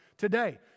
Today